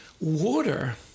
Water